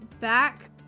back